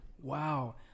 Wow